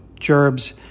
gerbs